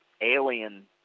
alien